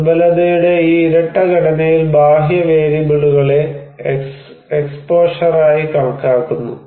ദുർബലതയുടെ ഈ ഇരട്ട ഘടനയിൽ ബാഹ്യ വേരിയബിളുകളെ എക്സ്പോഷറായി കണക്കാക്കുന്നു